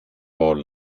world